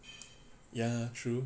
ya true